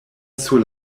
sur